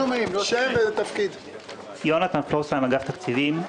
אני מאגף תקציבים.